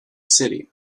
city